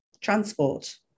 transport